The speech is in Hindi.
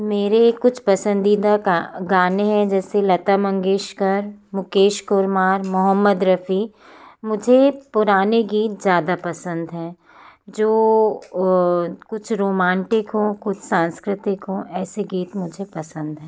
मेरे कुछ पसंदीदा गाने हैं जैसे लता मंगेशकर मुकेश कुमार मोहम्मद रफ़ी मुझे पुराने गीत ज़्यादा पसंद हैं जो कुछ रोमांटिक हों कुछ सांस्कृतिक हों ऐसे गीत मुझे पसंद हैं